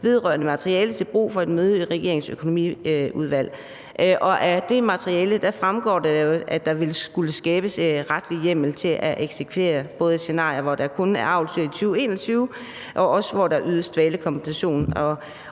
vedrørende materiale til brug for et møde i regeringens økonomiudvalg. Af det materiale fremgår det jo, at der ville skulle skabes retlig hjemmel til at realisere et scenarie , hvor der kun er avlsdyr i 2021, og også, hvor der ydes dvalekompensation, og